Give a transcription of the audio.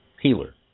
healer